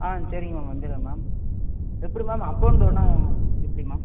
ஆ சரிங்க மேம் வந்துடுறேன் மேம் எப்படி மேம் அப் அண்ட் டௌனா எப்படி மேம்